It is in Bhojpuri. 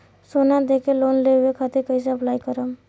सोना देके लोन लेवे खातिर कैसे अप्लाई करम?